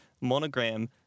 Monogram